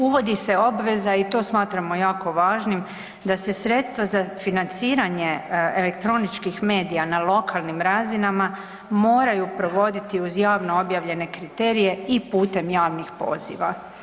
Uvodi se obveza i to smatramo jako važnim, da se sredstva za financiranje elektroničkih medija na lokalnim razinama moraju provoditi uz javno objavljene kriterije i putem javnih poziva.